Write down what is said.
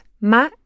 Ma